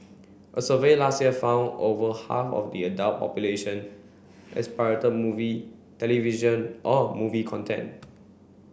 a survey last year found over half of the adult population has pirated movie television or movie content